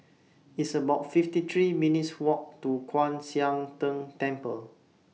It's about fifty three minutes' Walk to Kwan Siang Tng Temple